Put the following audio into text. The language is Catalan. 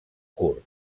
curt